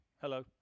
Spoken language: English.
Hello